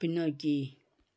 பின்னோக்கி